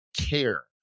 care